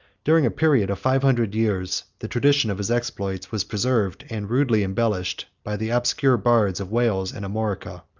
during a period of five hundred years the tradition of his exploits was preserved, and rudely embellished, by the obscure bards of wales and armorica,